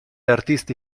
artisti